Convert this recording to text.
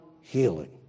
healing